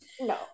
No